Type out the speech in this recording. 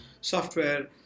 software